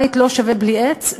בית לא שווה בלי עץ,